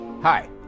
Hi